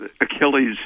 Achilles